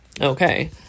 okay